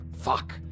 Fuck